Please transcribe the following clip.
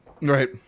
Right